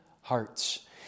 hearts